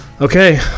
Okay